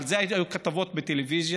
על זה היו כתבות בטלוויזיה.